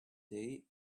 day